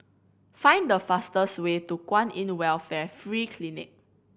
find the fastest way to Kwan In Welfare Free Clinic